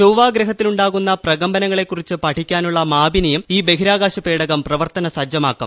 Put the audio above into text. ചൊവ്വ ഗ്രഹത്തിലുണ്ടാകുന്ന പ്രകമ്പനങ്ങളെ കുറിച്ച് പഠിക്കാനുള്ള മാപിനിയും ഈ ബഹിരാകാശ പേടകം പ്രവർത്തനസജ്ജമാക്കും